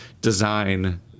design